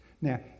Now